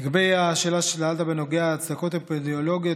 לגבי השאלה ששאלת בנוגע להצדקות אפידמיולוגיות,